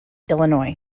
illinois